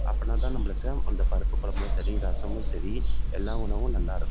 அப்போனா தான் நம்மளுக்கு அந்த பருப்பு கொழம்பும் சரி ரசமும் சரி எல்லா உணவும் நல்லா இருக்கும்